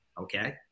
okay